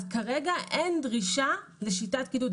אז כרגע אין דרישה לשיטת קידוד.